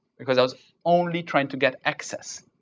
because i was only trying to get access.